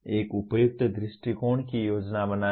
एक उपयुक्त दृष्टिकोण की योजना बनाना